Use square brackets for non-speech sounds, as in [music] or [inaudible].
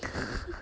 [laughs]